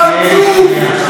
חצוף.